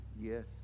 yes